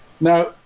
Now